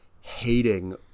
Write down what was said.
hating